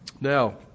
Now